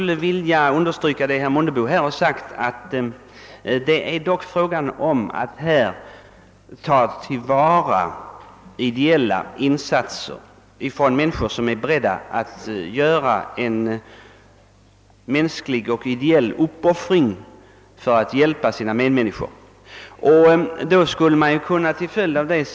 Jag vill understryka herr Mundebos uttalande, att det är fråga om att tillvarata ideella insatser av personer, som är beredda att göra en uppoffring för att hjälpa medmänniskor.